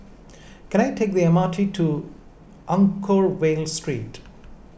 can I take the M R T to Anchorvale Street